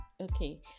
okay